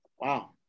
Wow